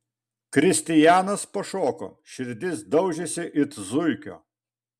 kristijanas pašoko širdis daužėsi it zuikio